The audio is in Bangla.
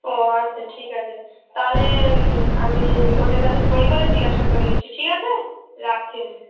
ও আচ্ছা ঠিক আছে তাহলে আমি ওদের কাছে ফোন করে জিজ্ঞাসা করে নিচ্ছি ঠিক আছে রাখছি আমি